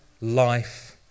life